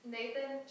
Nathan